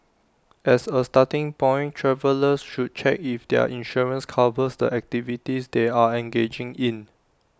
as A starting point travellers should check if their insurance covers the activities they are engaging in